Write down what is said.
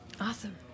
Awesome